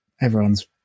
everyone's